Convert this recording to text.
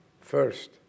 first